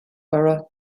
borough